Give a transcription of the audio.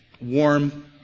warm